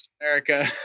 america